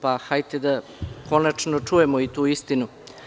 Pa hajde da konačno i čujemo tu istinu.